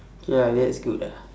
K ah that's good ah